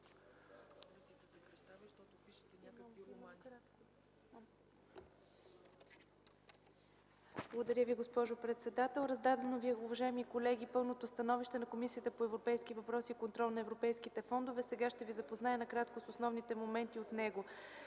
Благодаря Ви, госпожо председател. Уважаеми колеги, раздадено ви е пълното становище на Комисията по европейските въпроси и контрол на европейските фондове. Сега ще ви запозная с основните моменти от него: